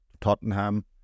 Tottenham